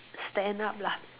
stand up lah